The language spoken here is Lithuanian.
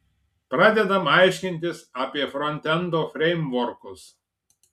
pradedam aiškintis apie frontendo freimvorkus